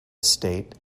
state